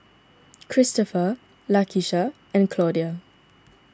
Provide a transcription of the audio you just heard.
Kristoffer Lakesha and Claudia